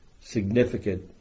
significant